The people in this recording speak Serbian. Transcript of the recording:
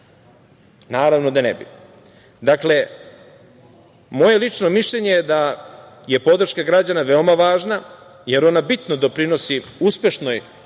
Naravno da ne bi. Dakle, moje lično mišljenje je da je podrška građana veoma važna, jer ona bitno doprinosi uspešnoj